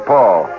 Paul